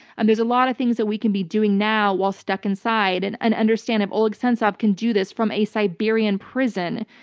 and there's a lot of things that we can be doing now while stuck inside. and and understand if oleg sentsov can do this from a siberian prison,